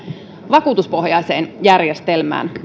vakuutuspohjaiseen järjestelmään